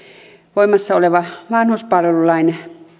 voimassa olevan vanhuspalvelulain